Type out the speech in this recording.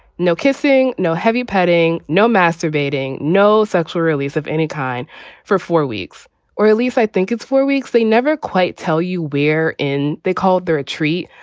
no kissing, no heavy petting, no masturbating, no sexual release of any kind for for weeks or at least i think it's four weeks they never quite tell you we're in. they called. they're a treat.